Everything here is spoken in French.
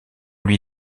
lui